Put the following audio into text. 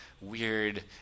weird